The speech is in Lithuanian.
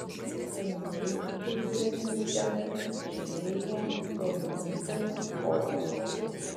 pralaimėjusiųjų gretose pasižymėjo dominykas kodzis